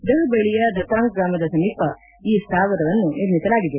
ದಹ್ ಬಳಿಯ ದತಾಂಗ್ ಗ್ರಾಮದ ಸಮೀಪ ಈ ಸ್ಥಾವರವನ್ನು ನಿರ್ಮಿಸಲಾಗಿದೆ